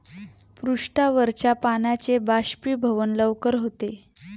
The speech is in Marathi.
पृष्ठावरच्या पाण्याचे बाष्पीभवन लवकर होते